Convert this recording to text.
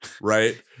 right